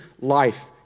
life